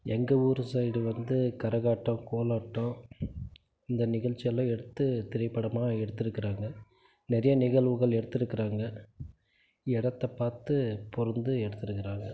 எங்கள் ஊர் சைடு வந்து கரகாட்டம் கோலாட்டம் இந்த நிகழ்ச்சியெல்லாம் எடுத்து திரைப்படமாக எடுத்திருக்குறாங்க நிறையா நிகழ்வுகள் எடுத்துருக்குறாங்க இடத்த பார்த்து பொருந்த எடுத்திருக்குறாங்க